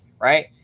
right